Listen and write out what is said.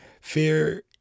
Fear